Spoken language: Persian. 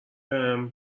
بهم